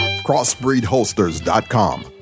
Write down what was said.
Crossbreedholsters.com